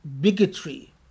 bigotry